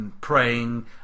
praying